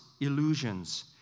illusions